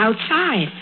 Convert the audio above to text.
outside